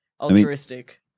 altruistic